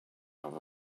have